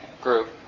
group